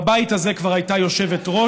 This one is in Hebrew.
בבית הזה כבר הייתה יושבת-ראש.